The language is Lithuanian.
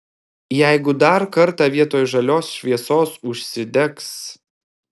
jeigu dar kartą vietoj žalios šviesos užsidegs